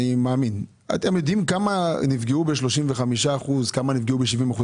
אתם יודעים כמה נפגעו ב-35% וכמה נפגעו ב-70%,